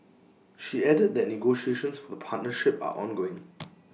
she added that negotiations for the partnership are ongoing